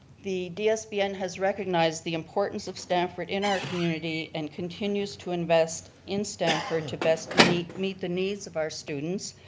the dsbn has recognized the importance of stamford in our community and continues to invest in stamford to best meet the needs of our students.